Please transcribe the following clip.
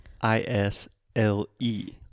I-S-L-E